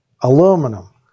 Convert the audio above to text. aluminum